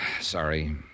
sorry